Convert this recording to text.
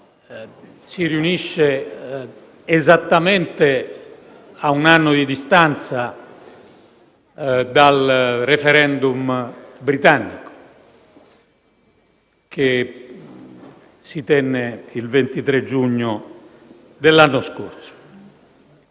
si riunisce esattamente ad un anno di distanza dal *referendum* britannico che si tenne il 23 giugno dello scorso